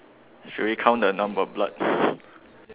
should we count the number of blood